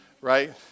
Right